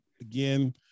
again